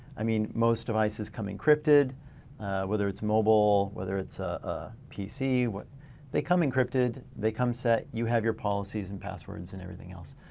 i mean most devices come encrypted whether it's mobile, whether it's a pc they come encrypted, they come set, you have your policies and passwords and everything else.